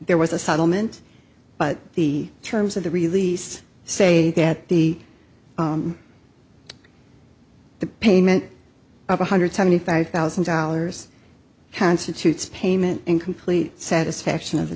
there was a settlement but the terms of the release say that the the payment of one hundred seventy five thousand dollars constitutes payment in complete satisfaction